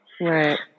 Right